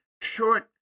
short